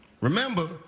Remember